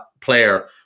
player